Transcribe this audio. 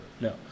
No